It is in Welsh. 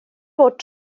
fod